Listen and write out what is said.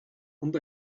und